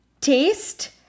taste